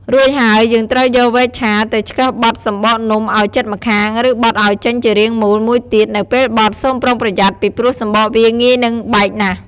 រួចហើយ យើងត្រូវយកវែកឆាទៅឆ្កឹះបត់សំបកនំឱ្យជិតម្ខាង ឬ បត់ឱ្យចេញជារាងមូល មួយទៀត នៅពេលបត់ សូមប្រុងប្រយ័ត្នពីព្រោះសំបកវាងាយនឹងបែកណាស់។